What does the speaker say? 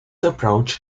approach